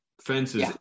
fences